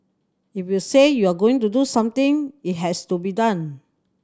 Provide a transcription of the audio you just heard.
if you say you are going to do something it has to be done